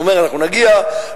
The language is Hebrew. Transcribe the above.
הוא אומר: אנחנו נגיע למצב,